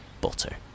butter